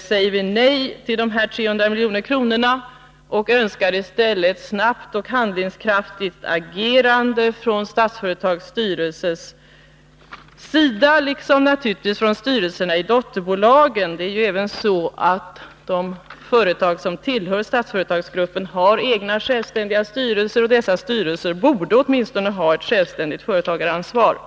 säger vi nej till de 300 miljoner kronorna och önskar i stället ett snabbt och handlingskraftigt agerande från Statsföretags styrelses sida liksom naturligtvis från styrelserna i dotterbolagen. Även de företag som tillhör Statsföretag har ju egna självständiga styrelser, och dessa styrelser borde åtminstone ha ett självständigt företagaransvar.